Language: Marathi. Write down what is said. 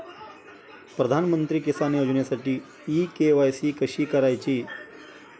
प्रधानमंत्री किसान योजनेसाठी इ के.वाय.सी कशी करायची?